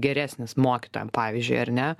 geresnis mokytojam pavyzdžiui ar ne